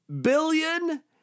billion